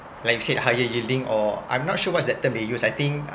like you say higher yielding or I'm not sure what's that term they used I think